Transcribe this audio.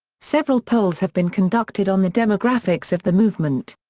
several polls have been conducted on the demographics of the movement.